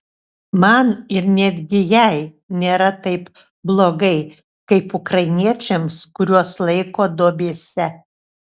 man ir netgi jai nėra taip blogai kaip ukrainiečiams kuriuos laiko duobėse